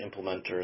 implementers